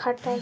খাটায়